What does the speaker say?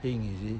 him you see